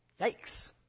Yikes